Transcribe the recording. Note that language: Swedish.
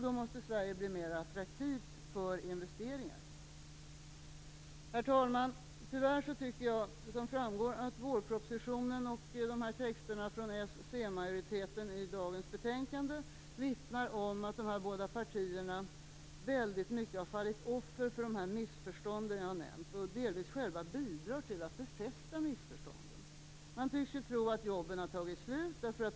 Då måste Sverige bli mer attraktivt för investeringar. Herr talman! Tyvärr tycker jag att vårpropositionen och texten i betänkandet från utskottsmajoriteten, bestående av Socialdemokraterna och Centern, vittnar om att dessa båda partier väldigt mycket har fallit offer för de missförstånd som jag har nämnt och att de delvis själva bidrar till att befästa missförstånden. De tycks tro att jobben har tagit slut.